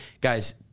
guys